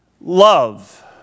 Love